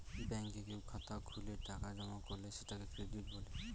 ব্যাঙ্কে কেউ খাতা খুলে টাকা জমা করলে সেটাকে ক্রেডিট বলে